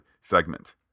segment